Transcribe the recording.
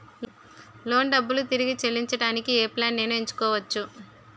Loan డబ్బులు తిరిగి చెల్లించటానికి ఏ ప్లాన్ నేను ఎంచుకోవచ్చు?